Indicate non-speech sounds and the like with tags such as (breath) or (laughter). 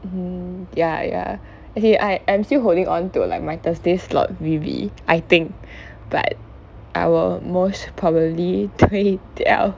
mmhmm ya ya as in I I'm still holding on to like my thursday slot V_B I think (breath) but I will most probably 推掉